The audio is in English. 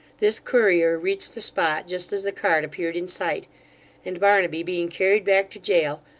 this courier reached the spot just as the cart appeared in sight and barnaby being carried back to jail,